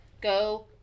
Go